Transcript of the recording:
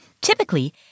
Typically